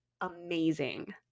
amazing